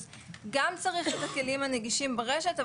אז גם צריך את הכלים הנגישים ברשת.